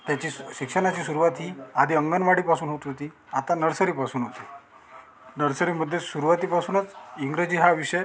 त्याची शिक्षणाची सुरुवात ही आधी अंगणवाडीपासून होत होती आता नर्सरीपासून होते नर्सरीमध्ये सुरुवातीपासूनच इंग्रजी हा विषय